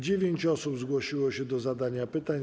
Dziewięć osób zgłosiło się do zadania pytań.